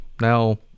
now